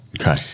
Okay